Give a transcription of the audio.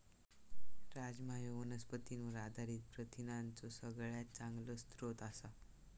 राजमा ह्यो वनस्पतींवर आधारित प्रथिनांचो सगळ्यात चांगलो स्रोत आसा